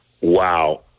Wow